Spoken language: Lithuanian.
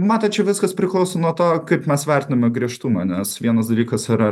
matot čia viskas priklauso nuo to kaip mes vertiname griežtumą nes vienas dalykas yra